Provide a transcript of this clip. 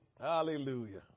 Hallelujah